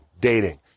dating